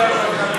אבל אתה טועה.